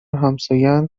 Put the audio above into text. همساین